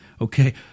Okay